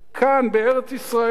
כאן, בארץ-ישראל,